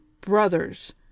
BROTHERS